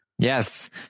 Yes